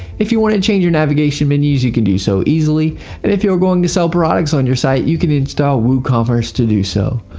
if you want to change your navigation menus, you can do so easily, and if you are going to sell products on your site, you can install woocommerce to do so.